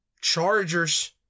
Chargers